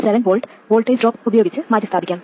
7 V voltage drop ഉപയോഗിച്ച് മാറ്റിസ്ഥാപിക്കാം